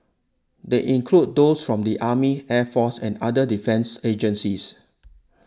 they include those from the army air force and other defence agencies